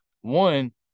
One